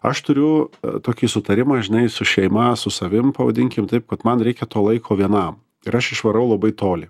aš turiu tokį sutarimą žinai su šeima su savim pavadinkim taip kad man reikia to laiko vienam ir aš išvarau labai toli